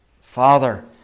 Father